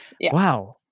Wow